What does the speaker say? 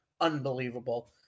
unbelievable